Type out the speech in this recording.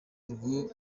urwo